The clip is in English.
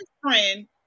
friend